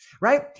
right